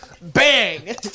Bang